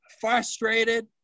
frustrated